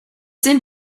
sind